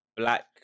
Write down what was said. Black